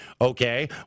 okay